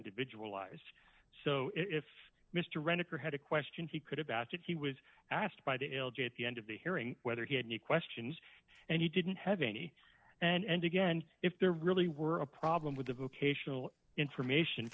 individualized so if mr rennick or had a question he could have asked if he was asked by the l g at the end of the hearing whether he had any questions and he didn't have any and again if there really were a problem with the vocational information